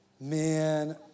Man